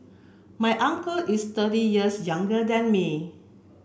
my uncle is thirty years younger than me